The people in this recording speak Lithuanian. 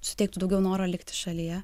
suteiktų daugiau noro likti šalyje